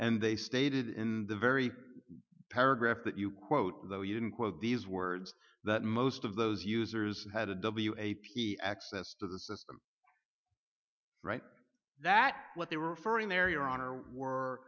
and they stated in the very paragraph that you quote though you didn't quote these words that most of those users had a w a p access to the system right that what they were referring there your honor were